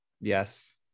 yes